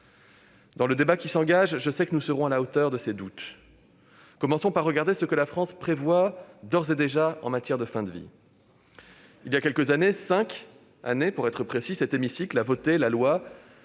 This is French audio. Dans le débat qui s'engage, je sais que nous serons à la hauteur de ces doutes. Commençons par regarder ce que la France prévoit d'ores et déjà en matière de fin de vie. Il y a très précisément cinq ans a été votée dans cet hémicycle la loi